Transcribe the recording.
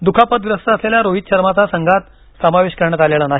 दुखापतग्रस्त असलेल्या रोहित शर्माचा संघात समावेश करण्यात आलेला नाही